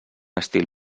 estil